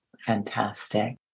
fantastic